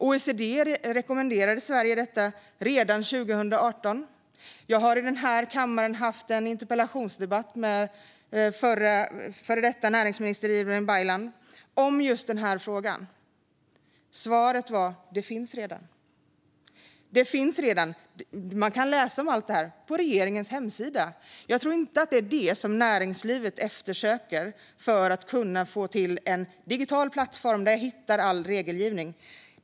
OECD rekommenderade Sverige detta redan 2018. Jag har i denna kammare haft en interpellationsdebatt med den före detta näringsministern Ibrahim Baylan om just denna fråga. Svaret var att det redan finns. Man kan läsa om allt detta på regeringens hemsida. Jag tror inte att det är detta som näringslivet efterlyser för att kunna få till en digital plattform där man hittar all regelgivning.